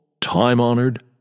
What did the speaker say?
time-honored